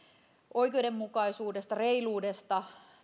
oikeudenmukaisuudesta reiluudesta